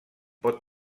pot